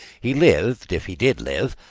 he lived, if he did live,